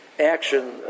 action